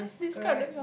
describe the your